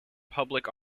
public